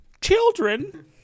Children